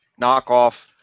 knockoff